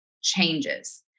changes